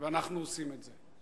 ואנחנו עושים את זה,